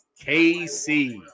KC